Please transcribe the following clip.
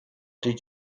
did